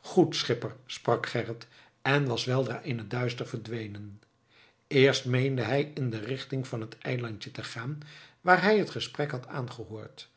goed schipper sprak gerrit en was weldra in het duister verdwenen eerst meende hij in de richting van het eilandje te gaan waar hij het gesprek had aangehoord